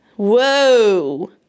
Whoa